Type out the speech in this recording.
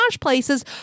places